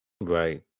Right